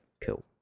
cool